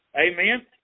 Amen